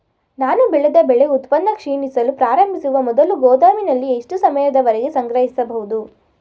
ನಾನು ಬೆಳೆದ ಬೆಳೆ ಉತ್ಪನ್ನ ಕ್ಷೀಣಿಸಲು ಪ್ರಾರಂಭಿಸುವ ಮೊದಲು ಗೋದಾಮಿನಲ್ಲಿ ಎಷ್ಟು ಸಮಯದವರೆಗೆ ಸಂಗ್ರಹಿಸಬಹುದು?